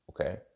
Okay